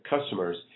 customers